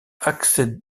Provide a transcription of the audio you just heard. accélère